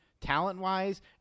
talent-wise